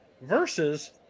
versus